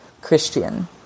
Christian